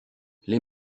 les